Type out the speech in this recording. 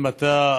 אם אתה,